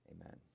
amen